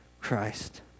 Christ